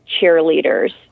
cheerleaders